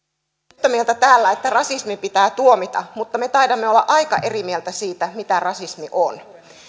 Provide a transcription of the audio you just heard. yhtä mieltä täällä että rasismi pitää tuomita mutta me taidamme olla aika eri mieltä siitä mitä rasismi on